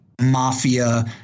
mafia